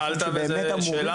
בסדר גמור, שאלת וזאת שאלה מצוינת.